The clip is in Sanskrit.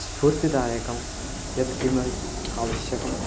स्फूर्तिदायकं यत्किमपि आवश्यकम्